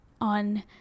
on